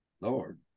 Lord